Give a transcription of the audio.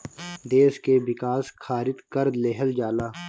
देस के विकास खारित कर लेहल जाला